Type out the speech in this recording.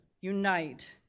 unite